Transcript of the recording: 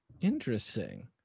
Interesting